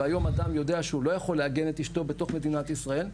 והיום אדם יודע שהו אלא יכול לעגן את אשתו בתוך מדינת ישראל,